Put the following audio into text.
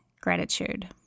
gratitude